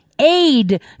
aid